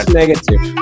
negative